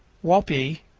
walpi,